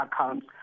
account